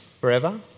forever